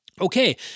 Okay